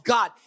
God